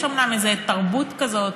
יש אומנם איזו תרבות כזאת,